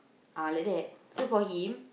ah liddat so for him